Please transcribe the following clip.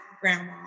grandma